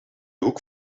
hoek